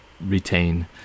retain